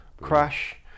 crash